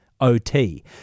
OT